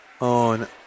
on